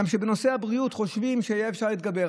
כי בנושא הבריאות חושבים שיהיה אפשר להתגבר.